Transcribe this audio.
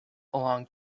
along